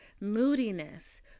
moodiness